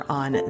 on